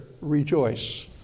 rejoice